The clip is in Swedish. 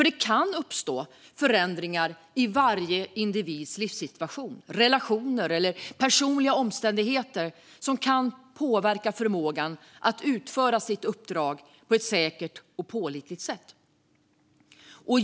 Det kan uppstå förändringar i varje individs livssituation, relationer eller personliga omständigheter som kan påverka individens förmåga att utföra sitt uppdrag på ett säkert och pålitligt sätt.